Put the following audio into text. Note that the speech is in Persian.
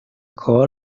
کار